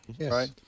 right